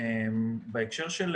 בהקשר של